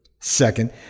Second